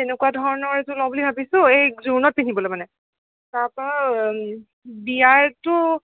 তেনেকুৱা ধৰণৰ এযোৰ লওঁ বুলি ভাবিছোঁ এই জোৰোণত পিন্ধিবলৈ মানে তাৰ পৰা বিয়াৰতো